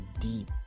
deep